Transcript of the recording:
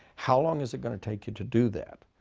how long is it going to take you to do that?